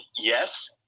yes